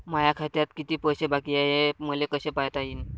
माया खात्यात किती पैसे बाकी हाय, हे मले कस पायता येईन?